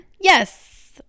Yes